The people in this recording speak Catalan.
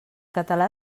català